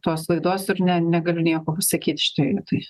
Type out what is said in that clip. tos laidos ir ne negaliu nieko pasakyt šičioj vietoj